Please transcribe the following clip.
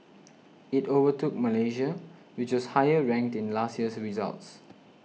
it overtook Malaysia which was higher ranked in last year's results